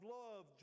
love